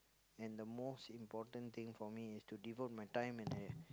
and the most important thing for me is to devote my time and a~